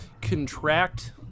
contract